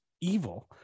evil